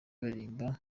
baririmba